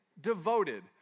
devoted